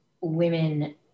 women